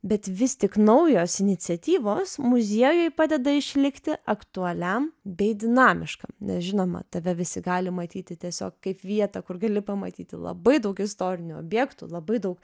bet vis tik naujos iniciatyvos muziejui padeda išlikti aktualiam bei dinamiškam nes žinoma tave visi gali matyti tiesiog kaip vietą kur gali pamatyti labai daug istorinių objektų labai daug